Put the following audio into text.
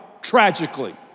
tragically